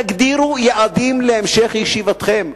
תגדירו יעדים להמשך ישיבתכם.